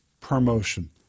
promotion